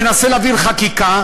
מנסה להעביר חקיקה,